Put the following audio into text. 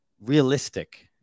realistic